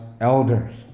elders